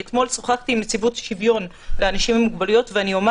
שוחחתי אתמול עם הנציבות לשוויון לאנשים עם מוגבלויות ואני אומר